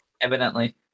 evidently